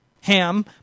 Ham